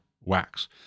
wax